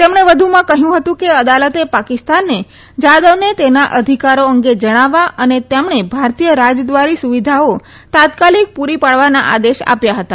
તેમણે વધુમાં કહ્યું હતું કે આદાલતે પાકિસ્તાનને જાધવને તેના અધિકારો અંગે જણાવવા અને તેમણે ભારતીય રાજદ્વારી સુવિધાઓ તાત્કાલિક પૂરી પાડવાના આદેશ આપ્યા હતા